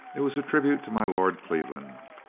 it was a tribute to my lord cleveland.